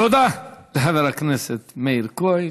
תודה לחבר הכנסת מאיר כהן.